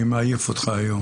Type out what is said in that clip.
אני מעייף אותך היום.